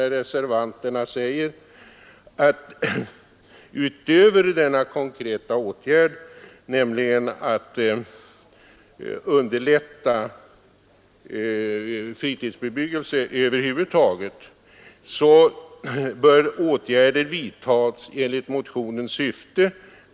Reservanterna säger nämligen: ”Utöver denna konkreta åtgärd” — att underlätta fritidsbebyggelsen över huvud taget — ”bör ytterligare åtgärder vidtas enligt motionens syfte.